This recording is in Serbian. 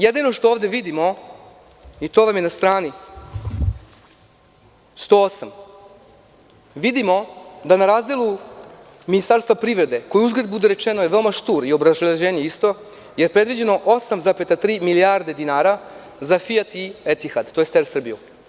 Jedino što ovde vidimo i to nam je na strani 108, vidimo da na razdelu Ministarstva privrede, koje uzgred budi rečeno, je veoma šturo i obrazloženje isto, predviđeno je 8,3 milijarde dinara za „Fijat“ i Etihad tj. Er Srbiju.